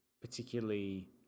particularly